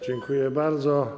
Dziękuję bardzo.